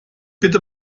bitte